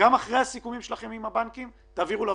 ביקשתם להציג.